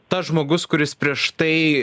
tas žmogus kuris prieš tai